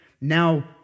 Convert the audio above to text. Now